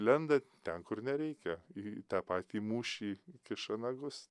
lenda ten kur nereikia į tą patį mūšį kiša nagus